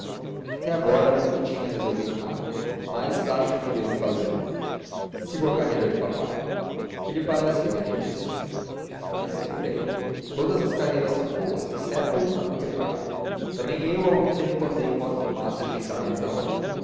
até agora não tinha resolvido nada mas acho que devo fazê-lo sigo a carreira de papai que lhe parece reverendíssimo parece-me bem todas as carreiras são boas exceto a do pecado também eu algum tempo andei com fumaças de entrar na câmara